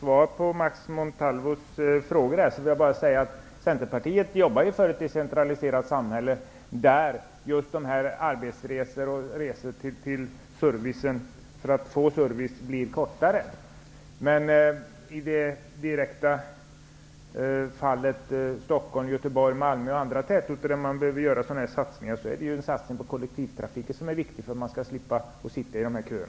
Herr talman! Centerpartiet jobbar för ett decentraliserat samhälle där just arbetsresor och resor till en plats där service ges skall vara kortare. När det gäller Stockholm, Göteborg, Malmö och andra tätorter där det behövs satsningar av nämnda slag är det satsningar på kollektivtrafiken som är viktiga för att människor skall slippa sitta i bilköer.